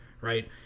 right